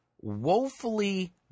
woefully